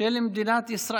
של מדינת ישראל.